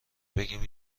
بگیم